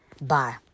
Bye